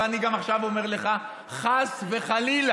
ואני גם עכשיו אומר לך, חס וחלילה